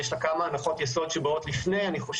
יש לה כמה הנחות יסוד שבאות לפני וזה